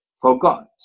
forgot